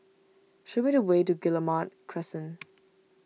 show me the way to Guillemard Crescent